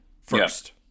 first